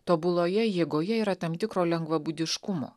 tobuloje jėgoje yra tam tikro lengvabūdiškumo